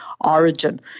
origin